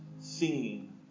singing